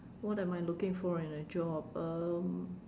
what am I looking for in a job um